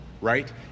right